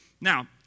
Now